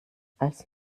als